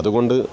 അതുകൊണ്ട്